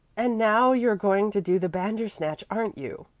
and now you're going to do the bandersnatch, aren't you?